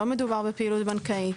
לא מדובר בפעילות בנקאית.